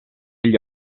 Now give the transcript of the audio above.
gli